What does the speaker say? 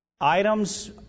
items